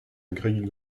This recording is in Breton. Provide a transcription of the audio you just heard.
gregiñ